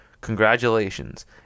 Congratulations